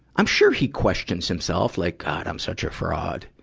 i'm sure he questions himself, like god, i'm such a fraud.